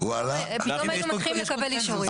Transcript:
פתאום היינו מתחילים לקבל אישורים.